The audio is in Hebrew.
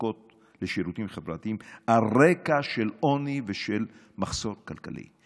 למחלקות לשירותים חברתיים על רקע של עוני ושל מחסור כלכלי.